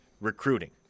recruiting